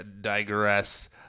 digress